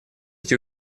эти